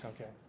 Okay